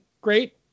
great